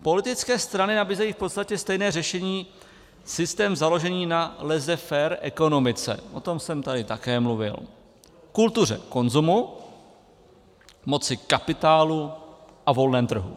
Politické strany nabízejí v podstatě stejné řešení systém založený na laissezfaire v ekonomice, o tom jsem tady také mluvil, kultuře konzumu, moci kapitálu a volném trhu.